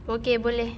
okay boleh